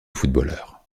footballeur